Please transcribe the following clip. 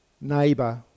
neighbor